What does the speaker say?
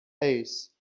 ace